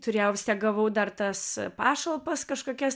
turėjau vis tiek gavau dar tas pašalpas kažkokias